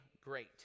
great